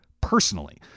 personally